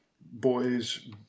boys